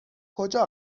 کجا